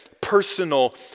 personal